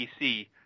PC